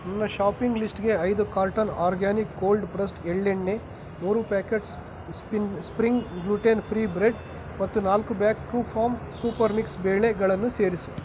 ನನ್ನ ಶಾಪಿಂಗ್ ಲಿಸ್ಟ್ಗೆ ಐದು ಕಾಲ್ಟನ್ ಆರ್ಗ್ಯಾನಿಕ್ ಕೋಲ್ಡ್ ಪ್ರೆಸ್ಡ್ ಎಳ್ಳೆಣ್ಣೆ ಮೂರು packet spin spring gluten free bread ಮತ್ತು ನಾಲ್ಕು bag true farm super mix ಬೇಳೆಗಳನ್ನು ಸೇರಿಸು